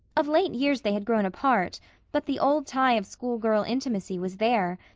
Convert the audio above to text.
of late years they had grown apart but the old tie of school-girl intimacy was there,